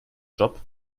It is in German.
job